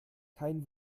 kein